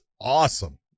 awesome